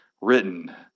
written